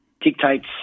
dictates